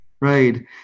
right